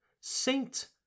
Saint